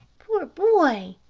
poor boy!